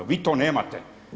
Vi to nemate.